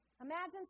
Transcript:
Imagine